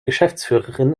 geschäftsführerin